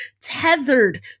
tethered